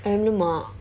ayam lemak